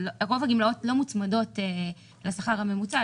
רוב הגמלאות לא מוצמדות לשכר הממוצע,